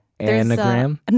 Anagram